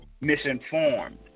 misinformed